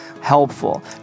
helpful